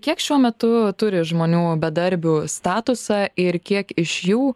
kiek šiuo metu turi žmonių bedarbių statusą ir kiek iš jų